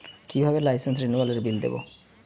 কিভাবে লাইসেন্স রেনুয়ালের বিল দেবো?